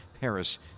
Paris